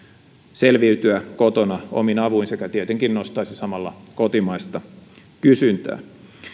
selviytyä kotona omin avuin sekä tietenkin nostaisi samalla kotimaista kysyntää